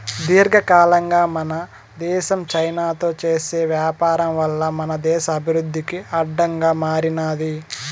దీర్ఘకాలంగా మన దేశం చైనాతో చేసే వ్యాపారం వల్ల మన దేశ అభివృద్ధికి అడ్డంగా మారినాది